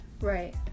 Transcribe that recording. Right